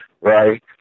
right